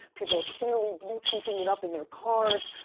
people are clearly bluetoothing it up in their cars,